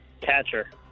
Catcher